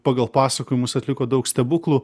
pagal pasakojimus atliko daug stebuklų